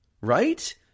right